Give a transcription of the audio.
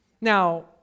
Now